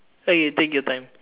okay take your time